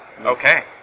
Okay